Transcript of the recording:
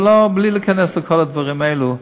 אבל בלי להיכנס לכל הדברים האלה,